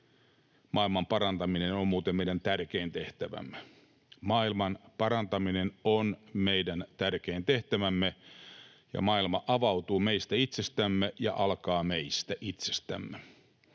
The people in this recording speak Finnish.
maailmanparantaminen on muuten meidän tärkein tehtävämme. Maailmanparantaminen on meidän tärkein tehtävämme, ja maailma avautuu meistä itsestämme ja alkaa meistä itsestämme.